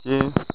जे